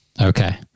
Okay